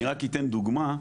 אני רק אתן דוגמא,